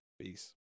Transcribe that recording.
Peace